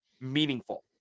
meaningful